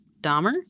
Dahmer